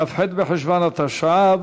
כ"ח בחשוון התשע"ו,